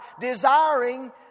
desiring